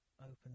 open